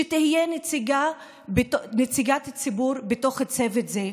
שתהיה נציגת ציבור בתוך הצוות הזה.